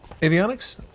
Avionics